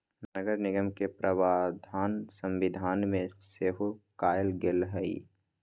नगरनिगम के प्रावधान संविधान में सेहो कयल गेल हई